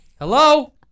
Hello